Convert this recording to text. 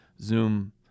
Zoom